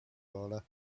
roller